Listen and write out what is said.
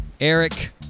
Eric